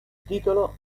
titolo